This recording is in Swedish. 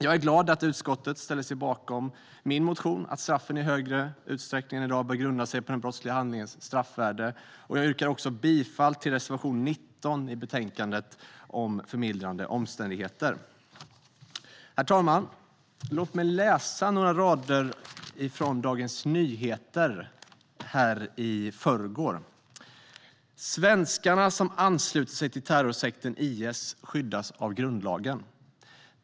Jag är glad att utskottet ställer sig bakom min motion om att straffen i större utsträckning än i dag bör grunda sig på den brottsliga handlingens straffvärde. Jag yrkar också bifall till reservation 19 i betänkandet om förmildrande omständigheter. Herr talman! Låt mig läsa några rader ur Dagens Nyheter i går: "Svenskarna som anslutit sig till terrorsekten IS skyddas av grundlagen.